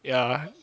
ya